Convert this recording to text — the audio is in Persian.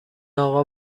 آقا